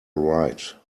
right